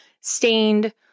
stained